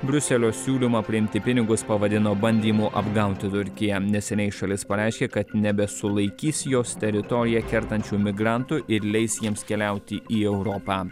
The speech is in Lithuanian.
briuselio siūlymą priimti pinigus pavadino bandymu apgauti turkiją neseniai šalis pareiškė kad nebesulaikys jos teritoriją kertančių migrantų ir leis jiems keliauti į europą